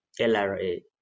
LRA